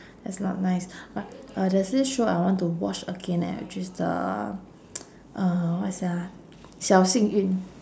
that's not nice but uh there's this show I want to watch again eh which is the uh what's that ah xiao xing yun